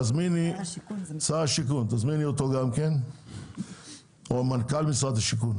תזמיני את שר השיכון, או מנכ"ל משרד השיכון.